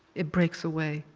it breaks away,